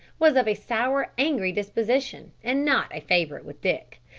was of a sour, angry disposition, and not a favourite with dick,